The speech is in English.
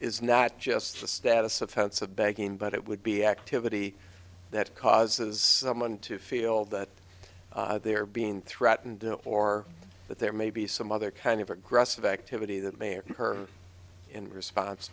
is not just a status offense of banking but it would be activity that causes someone to feel that they're being threatened or that there may be some other kind of aggressive activity that may or are in response